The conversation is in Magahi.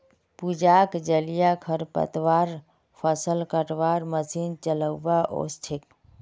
पूजाक जलीय खरपतवार फ़सल कटवार मशीन चलव्वा ओस छेक